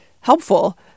helpful